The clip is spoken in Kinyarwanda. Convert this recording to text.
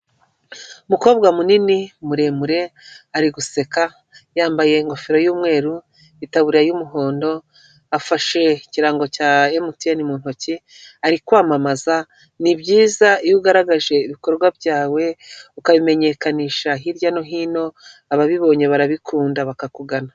Umukobwa munini muremure ari guseka, yambaye ingofero y'umweru itaburiya y'umuhondo, afashe ikirango cya MTN mu ntoki ari kwamamaza, ni byiza iyo ugaragaje ibikorwa byawe ukabimenyekanisha hirya no hino, ababibonye barabikunda bakakugana.